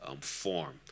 form